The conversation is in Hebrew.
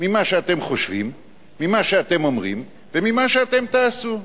ממה שאתם חושבים, ממה שאתם אומרים וממה שאתם תעשו.